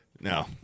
No